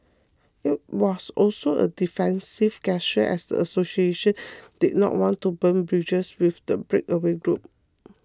it was also a defensive gesture as the association did not want to burn bridges with the breakaway group